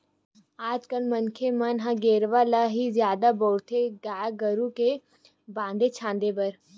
आज कल मनखे मन ल गेरवा ल ही जादा बउरथे गाय गरु के बांधे छांदे बर